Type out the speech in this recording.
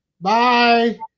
Bye